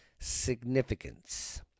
significance